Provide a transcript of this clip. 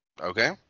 Okay